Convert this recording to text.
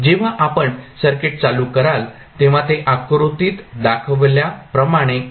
जेव्हा आपण सर्किट चालू कराल तेव्हा ते आकृतीत दाखवल्याप्रमाणे असेल